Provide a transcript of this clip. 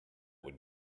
would